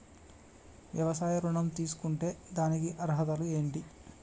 వ్యవసాయ ఋణం తీసుకుంటే దానికి అర్హతలు ఏంటి?